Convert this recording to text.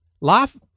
life